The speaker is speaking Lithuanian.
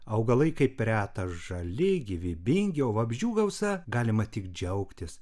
augalai kaip reta žali gyvybingi o vabzdžių gausa galima tik džiaugtis